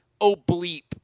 oblique